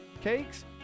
cakes